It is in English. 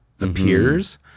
appears